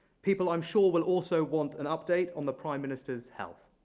people, i'm sure, will also want an update on the prime minister's health.